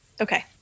Okay